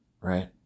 Right